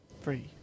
Free